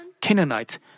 Canaanites